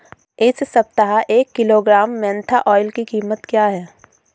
इस सप्ताह एक किलोग्राम मेन्था ऑइल की कीमत क्या है?